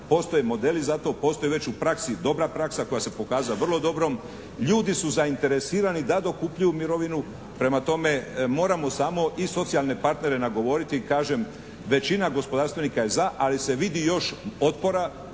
Postoje modeli za to. Postoji već u praksi dobra praksa koja se pokazala vrlo dobrom. Ljudi su zainteresirani da dokupljuju mirovinu. Prema tome, moramo samo i socijalne partnere nagovoriti. Kažem, većina gospodarstvenika je za, ali se vidi još otpora.